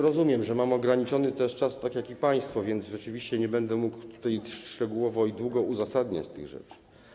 Rozumiem, że też mam ograniczony czas, tak jak i państwo, więc rzeczywiście nie będę mógł tutaj szczegółowo i długo uzasadniać tych rzeczy.